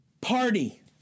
party